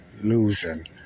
losing